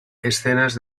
escenas